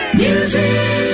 music